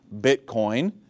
Bitcoin